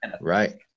right